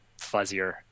fuzzier